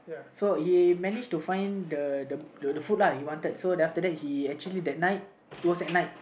so he managed to find the the the food lah he wanted so then after that he actually at night it was at night